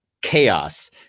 chaos